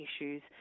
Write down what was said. issues